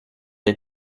des